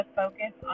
focus